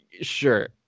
Sure